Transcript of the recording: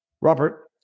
robert